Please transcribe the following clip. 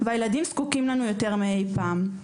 והילדים זקוקים לנו יותר מאי פעם.